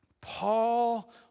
Paul